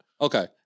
Okay